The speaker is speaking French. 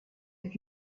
est